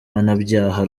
mpanabyaha